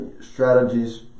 strategies